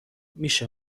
میشه